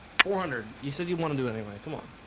four hundred you said you want to do anyway, come on